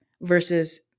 versus